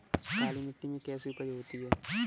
काली मिट्टी में कैसी उपज होती है?